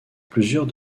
plusieurs